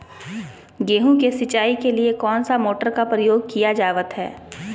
गेहूं के सिंचाई के लिए कौन सा मोटर का प्रयोग किया जावत है?